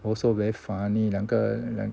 also very funny 两个两